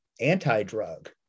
anti-drug